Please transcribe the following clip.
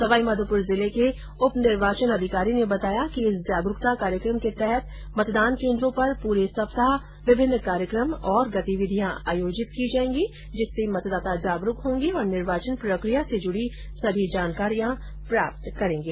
सवाईमाधोपुर जिले के उप निर्वाचन अधिकारी ने बताया कि इस जागरूकता कार्यक्रम के तहत मतदान केन्द्रो पर पूरे सप्ताह विभिन्न कार्यक्रम और गतिविधियां आयोजित की जायेंगी जिससे मतदाता जागरूक होंगे और निर्वाचन प्रकिया से जुड़ी सभी जानकारियां प्राप्त करेंगे